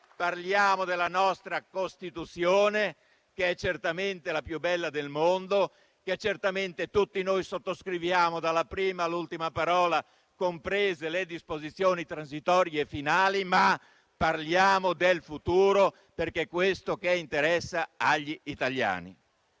Parliamo della nostra Costituzione, che è certamente la più bella del mondo, che certamente tutti noi sottoscriviamo dalla prima all'ultima parola, comprese le disposizioni transitorie finali, ma parliamo del futuro. È questo, infatti, che interessa agli italiani.